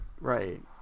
Right